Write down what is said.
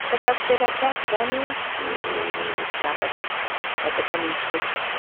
Sakafo tena tiàko zany gne drakaky, drakaky anigny saosy